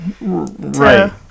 right